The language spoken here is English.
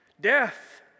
Death